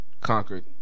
Conquered